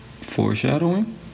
Foreshadowing